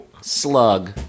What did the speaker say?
Slug